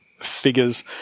figures